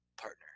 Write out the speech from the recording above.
partner